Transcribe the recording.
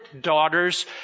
daughters